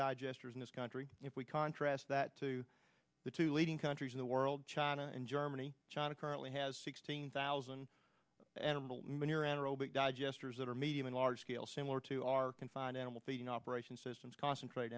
digesters in this country if we contrast that to the two leading countries in the world china and germany china currently has sixteen thousand animal manure anaerobic digesters that are medium and large scale similar to our confined animal feeding operations systems concentrate